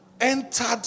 entered